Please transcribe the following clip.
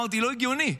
אמרתי: זה לא הגיוני,